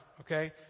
okay